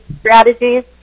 strategies